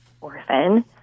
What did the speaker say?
orphan